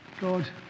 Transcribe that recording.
God